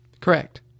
Correct